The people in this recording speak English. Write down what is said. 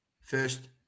First